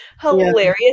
hilarious